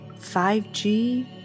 5G